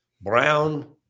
brown